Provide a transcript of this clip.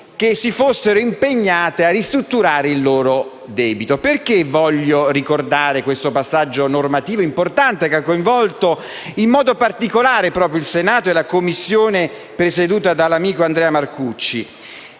che si fossero impegnate a ristrutturare il loro debito. Voglio ricordare questo passaggio normativo importante, che ha coinvolto in modo particolare il Senato e la Commissione presieduta dall'amico Andrea Marcucci,